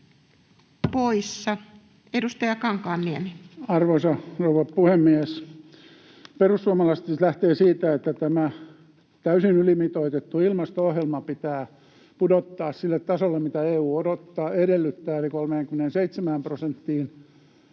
Time: 17:19 Content: Arvoisa rouva puhemies! Perussuomalaiset lähtevät siitä, että tämä täysin ylimitoitettu ilmasto-ohjelma pitää pudottaa sille tasolle, mitä EU edellyttää, eli 37 prosenttiin